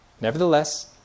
Nevertheless